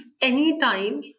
anytime